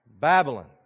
Babylon